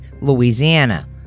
Louisiana